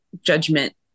judgment